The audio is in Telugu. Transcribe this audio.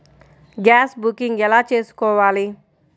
గ్యాస్ బుకింగ్ ఎలా చేసుకోవాలి?